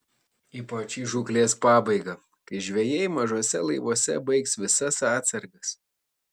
ypač į žūklės pabaigą kai žvejai mažuose laivuose baigs visas atsargas